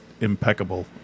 impeccable